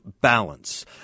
BALANCE